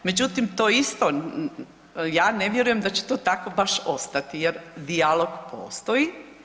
Međutim, to isto ja ne vjerujem da će to tako baš ostati jer dijalog postoji.